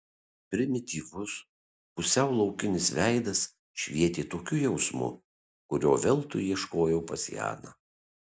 primityvus pusiau laukinis veidas švietė tokiu jausmu kurio veltui ieškojo pas janą